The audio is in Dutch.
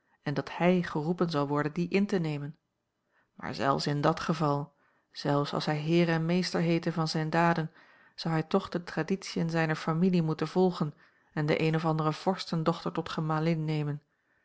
en dat hij geroepen zal worden dien in te nemen maar zelfs in dat geval zelfs als hij heer en meester heette van zijne daden zou hij toch de traditiën zijner familie moeten volgen en de eene of andere vorstendochter tot gemalin nemen